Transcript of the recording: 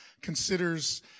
considers